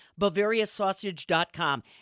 BavariaSausage.com